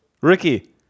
Ricky